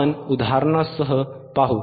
आपण उदाहरणासह पाहू